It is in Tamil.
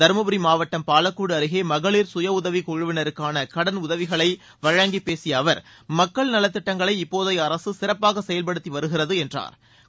தருமபுரி மாவட்டம் பாலக்கோடு அருகே மகளிர் கயஉதவிக் குழுவினருக்கான கடன் உதவிகளை வழங்கி பேசிய அவர் மக்கள் நலத்திட்டங்களை இப்போதைய அரசு சிறப்பாக செயல்படுத்தி வருகிறது என்றாா்